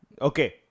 Okay